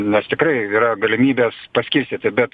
nes tikrai yra galimybės paskirstyti bet